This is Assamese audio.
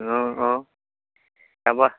অঁ অঁ তাৰপৰা